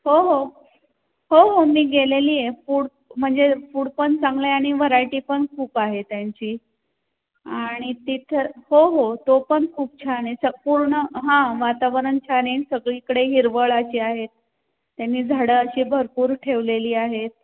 हो हो हो हो मी गेलेले आहे फूड म्हणजे फूड पण चांगलं आहे आणि व्हरायटी पण खूप आहे त्यांची आणि तिथं हो हो तो पण खूप छान आहे स पूर्ण हां वातावरण छान आहे सगळीकडे हिरवळ अशी आहे त्यांनी झाडं अशी भरपूर ठेवलेली आहेत